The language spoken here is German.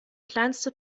kleinste